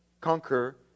conquer